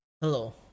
Hello